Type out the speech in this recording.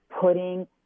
putting